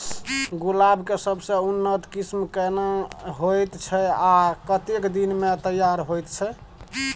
गुलाब के सबसे उन्नत किस्म केना होयत छै आ कतेक दिन में तैयार होयत छै?